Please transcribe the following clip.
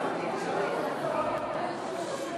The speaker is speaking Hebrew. הרשימה המשותפת